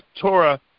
Torah